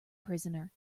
prisoner